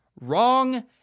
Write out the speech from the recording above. Wrong